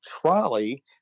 Trolley